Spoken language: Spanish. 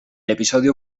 episodio